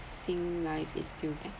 SingLife is still better